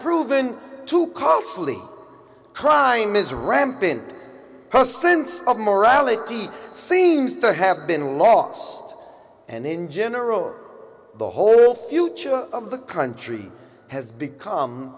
proven to costly crime is rampant percents of morality seems to have been lost and in general the whole future of the country has become